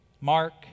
Mark